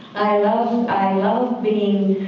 i love i love being